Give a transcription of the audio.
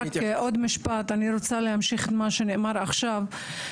רק עוד משפט בהמשך למה שנאמר עכשיו.